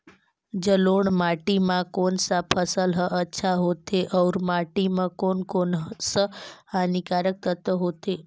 जलोढ़ माटी मां कोन सा फसल ह अच्छा होथे अउर माटी म कोन कोन स हानिकारक तत्व होथे?